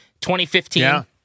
2015